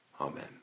Amen